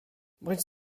bądź